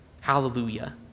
hallelujah